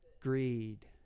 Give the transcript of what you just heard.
greed